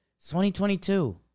2022